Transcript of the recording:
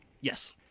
Yes